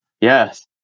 Yes